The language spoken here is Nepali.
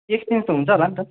एक्सचेन्ज त हुन्छ होला नि त